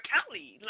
Kelly